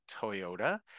Toyota